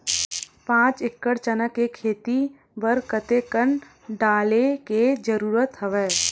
पांच एकड़ चना के खेती बर कते कन डाले के जरूरत हवय?